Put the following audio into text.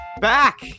back